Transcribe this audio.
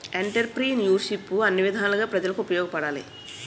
ఎంటర్ప్రిన్యూర్షిప్ను అన్ని విధాలుగా ప్రజలకు ఉపయోగపడాలి